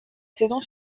saison